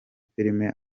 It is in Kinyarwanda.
filime